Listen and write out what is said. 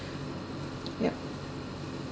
yup